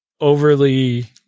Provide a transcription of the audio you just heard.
overly